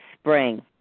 spring